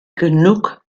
genug